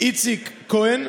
איציק כהן,